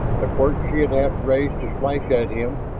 the quirt she had half raised to slash at him,